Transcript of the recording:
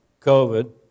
COVID